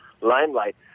limelight